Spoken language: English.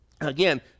again